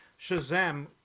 shazam